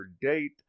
date